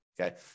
Okay